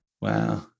Wow